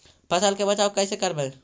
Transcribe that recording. फसल के बचाब कैसे करबय?